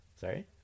Sorry